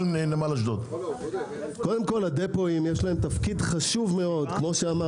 קודם כל הדפואים יש להם תפקיד חשוב מאוד כפי שאמר